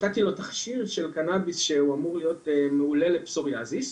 נתתי לו תכשיר של קנביס שהוא אמור להיות מעולה לפסוריאזיס,